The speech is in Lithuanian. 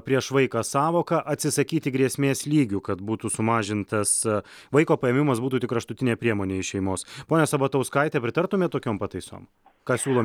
prieš vaiką sąvoką atsisakyti grėsmės lygių kad būtų sumažintas vaiko paėmimas būtų tik kraštutinė priemonė iš šeimos ponia sabatauskaite pritartumėt tokiom pataisom ką siūlo